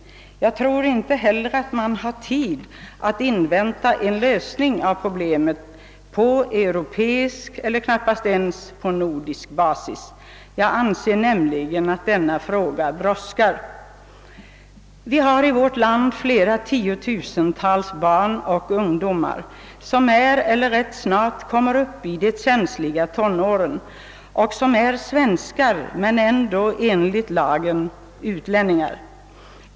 Jag tror heller inte att vi har tid att invänta en lösning av problemet på europeisk eller knappast ens nordisk basis — jag anser nämligen att denna fråga brådskar. Vi har i vårt land flera tiotusental barn och ungdomar som är, eller rätt snart kommer upp i de känsliga tonåren och som är svenskar men ändå enligt lagen utlänningar.